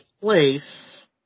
place